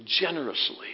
generously